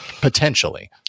potentially